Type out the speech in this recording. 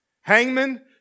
Hangman